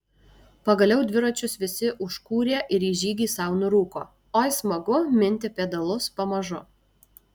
pagaliau dviračius visi užkūrė ir į žygį sau nurūko oi smagu minti pedalus pamažu